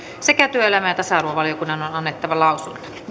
sekä työelämä ja tasa arvovaliokunnan on on annettava lausunto